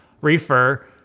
refer